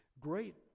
great